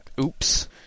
Oops